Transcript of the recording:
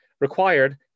required